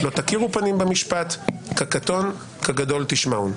לא תכירו פנים במשפט כקטון כגדול תשמעון.